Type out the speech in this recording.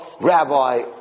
rabbi